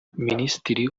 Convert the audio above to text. minsitiri